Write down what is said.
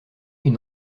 une